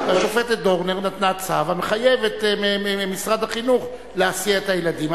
והשופטת דורנר נתנה צו המחייב את משרד החינוך להסיע את הילדים.